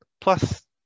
Plus